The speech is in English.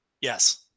Yes